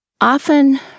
often